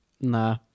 Nah